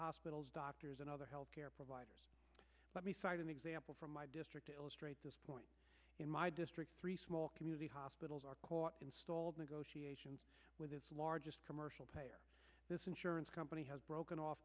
hospitals doctors and other health care providers let me cite an example from my district illustrate this point in my district three small community hospitals are in stalled negotiations with the largest commercial payer this insurance company has broken off